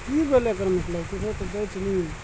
कश्मीरी साल भेड़क रोइयाँ सँ निकलल उन सँ बनय छै